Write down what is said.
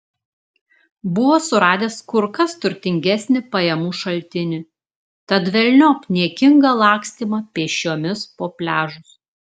buvo suradęs kur kas turtingesnį pajamų šaltinį tad velniop niekingą lakstymą pėsčiomis po pliažus